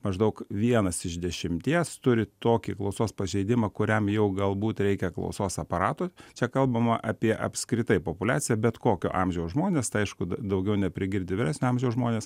maždaug vienas iš dešimties turi tokį klausos pažeidimą kuriam jau galbūt reikia klausos aparato čia kalbama apie apskritai populiaciją bet kokio amžiaus žmonės tai aišku daugiau neprigirdi vyresnio amžiaus žmonės